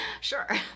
Sure